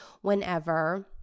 whenever